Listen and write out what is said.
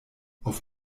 auf